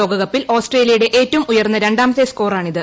ലോകകപ്പിൽ ഓസ്ട്രേലിയയിട്ടുടെ ഏറ്റവും ഉയർന്ന രണ്ടാമത്തെ സ്കോറാണിത്